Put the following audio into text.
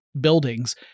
buildings